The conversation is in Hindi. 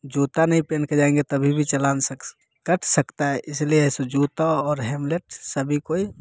जूता नहीं पहन के जाएँगे तभी भी चालान कट सकता है इसलिए ऐसो जूता और हेमलेट सभी को